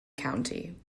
county